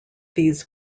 these